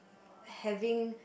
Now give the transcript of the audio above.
having